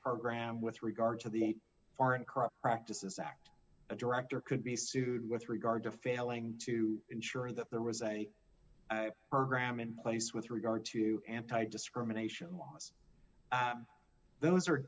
program with regard to the foreign corrupt practices act a director could be sued with regard to failing to ensure that there was a program in place with regard to anti discrimination laws those are